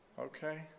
Okay